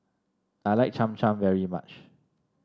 I like Cham Cham very much